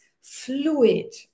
fluid